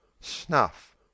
Snuff